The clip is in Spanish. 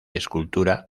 escultura